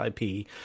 IP